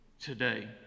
Today